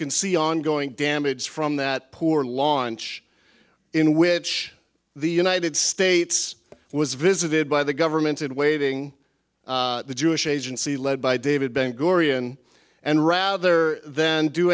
can see ongoing damage from that poor launch in which the united states was visited by the government in waiting the jewish agency led by david ben gurion and rather than do